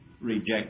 reject